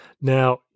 Now